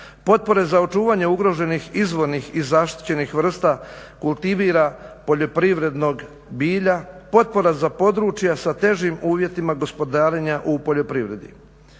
potpora za očuvanje ugroženih izvornih i zaštićenih vrsta kultivira poljoprivrednog bilja, potpora sa područja sa težim uvjetima gospodarenja u poljoprivredi